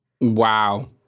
Wow